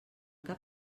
cap